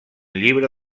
llibre